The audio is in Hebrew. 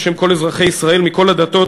בשם כל אזרחי ישראל מכל הדתות,